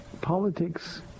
politics